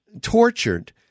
tortured